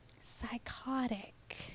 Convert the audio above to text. Psychotic